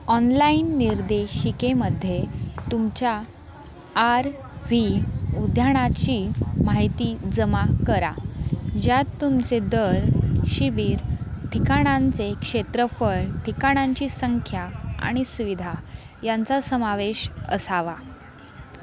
online निर्देशिकेमध्ये तुमच्या R V उद्यानाची माहिती जमा करा ज्यात तुमचे दर शिबीर ठिकाणांचे क्षेत्रफळ ठिकाणांची संख्या आणि सुविधा यांचा समावेश असावा